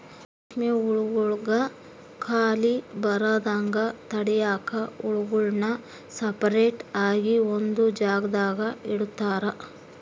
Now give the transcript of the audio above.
ರೇಷ್ಮೆ ಹುಳುಗುಳ್ಗೆ ಖಾಲಿ ಬರದಂಗ ತಡ್ಯಾಕ ಹುಳುಗುಳ್ನ ಸಪರೇಟ್ ಆಗಿ ಒಂದು ಜಾಗದಾಗ ಇಡುತಾರ